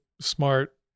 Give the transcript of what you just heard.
smart